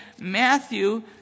Matthew